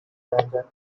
whether